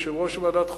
יושב-ראש ועדת החוקה,